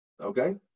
Okay